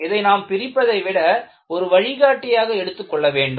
இதை நாம் பிரிப்பதை விட ஒரு வழிகாட்டியாக எடுத்துக் கொள்ள வேண்டும்